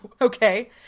okay